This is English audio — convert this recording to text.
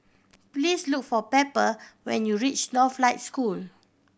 please look for Pepper when you reach Northlight School